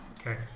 Okay